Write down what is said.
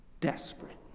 desperate